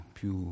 più